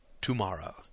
tomorrow